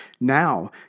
Now